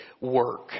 work